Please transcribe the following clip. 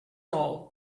all